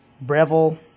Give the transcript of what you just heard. Breville